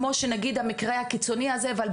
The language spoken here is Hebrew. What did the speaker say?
כמו שנגיד המקרה הקיצוני הזה שעו"ד תומר העלה,